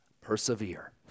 Persevere